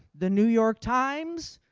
the new york times,